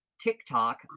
TikTok